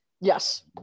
Yes